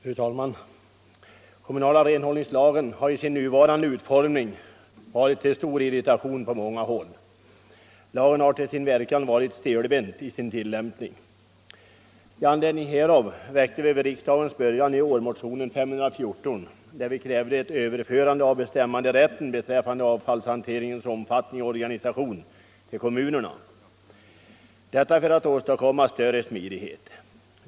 Fru talman! Den kommunala renhållningslagen har i sin nuvarande utformning väckt stor irritation på många håll, och tillämpningen av lagen har varit stelbent. Med anledning härav väckte vi i början av årets riksdag motionen 514, där vi för att åstadkomma större smidighet på området krävde ett överförande av bestämmanderätten beträffande avfallshanteringens omfattning och organisation till kommunerna.